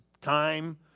time